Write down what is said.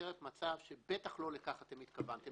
מייצרת מצב, שבטח לא לכך התכוונתם.